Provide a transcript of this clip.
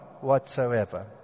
whatsoever